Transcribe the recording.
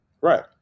Right